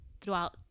throughout